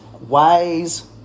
ways